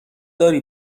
داری